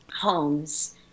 homes